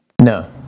No